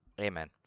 Amen